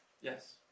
Yes